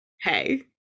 Hey